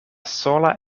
sola